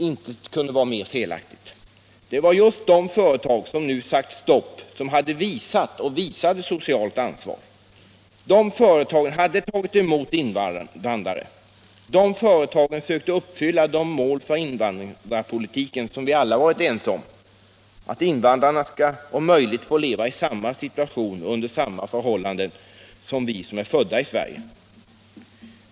Intet kunde vara mer felaktigt. Det var just de företag, som nu sagt stopp, som hade visat och visade socialt ansvar. De företagen hade tagit emot invandrare. De företagen sökte uppfylla de mål för invandrarpolitiken som vi alla varit ense om — att invandrarna skall om möjligt få leva i samma situation och under samma förhållanden som vi som är födda i Sverige.